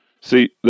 See